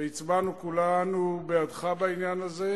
והצבענו כולנו בעדך בעניין הזה,